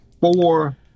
four